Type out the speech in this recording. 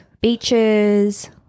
beaches